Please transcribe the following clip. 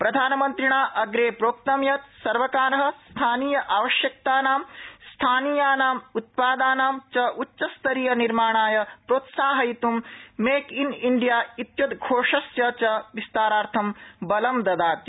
प्रधानमन्त्रिणा अग्रे प्रोक्त यत् सर्वकार स्थानीय आवश्यकतानाम् स्थानीयानाम् उत्पादानी च उच्चस्तरीय निर्माणाय प्रोत्साहयितुम् मेक इन इंडिया इत्युद्वोषस्य च विस्तारार्थं बलं ददाति